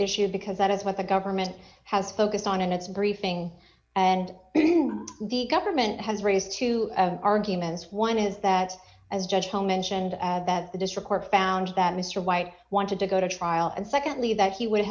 issue because that is what the government has focused on in its briefing and the government has raised two arguments one is that as judge hill mentioned that the district court found that mr whyte wanted to go to trial and secondly that he would